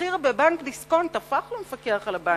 וכשבכיר בבנק דיסקונט הפך למפקח על הבנקים,